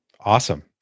Awesome